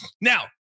Now